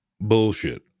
bullshit